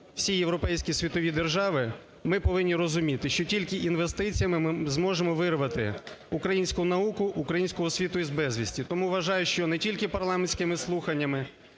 всі європейські і світові держави, ми повинні розуміти, що тільки інвестиціями ми зможемо вирвати українську науку, українську освіту із безвісті. Тому, вважаю, що не тільки парламентськими слуханнями,